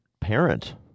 parent